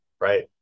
right